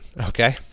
okay